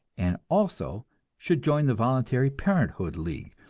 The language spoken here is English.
and also should join the voluntary parenthood league,